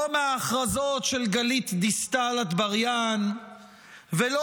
לא מההכרזות של גלית דיסטל אטבריאן ולא